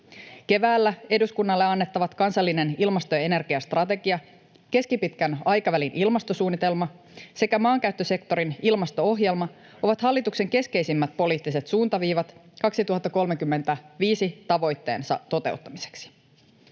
Keväällä eduskunnalle annettavat kansallinen ilmasto- ja energiastrategia, keskipitkän aikavälin ilmastosuunnitelma sekä maankäyttösektorin ilmasto-ohjelma ovat hallituksen keskeisimmät poliittiset suuntaviivat 2035-tavoitteen toteuttamiseksi.